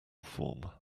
form